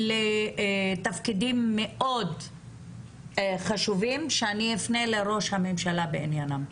לתפקידים מאוד חשובים שאני אפנה לראש הממשלה בעניינם,